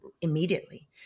immediately